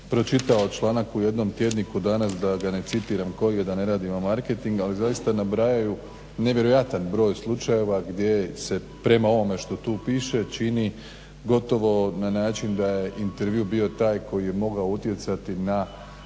pročitao članak u jednom tjedniku danas, da ga ne citiram koji je, da ne radimo marketing, ali zaista nabrajaju nevjerojatan broj slučajeva gdje se prema ovome što tu piše čini gotovo na način da je intervju bio taj koji je mogao utjecati na